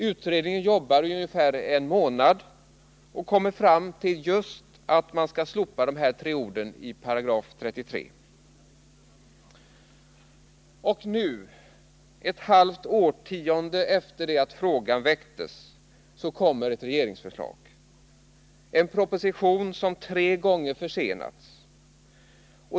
Utredningen jobbar ungefär en månad och kommer fram till just att man skall slopa de tre orden i lagen som jag nämnde. Och nu, ett halvt årtionde efter det att frågan väcktes, kommer ett regeringsförslag, en proposition som tre gånger försenats.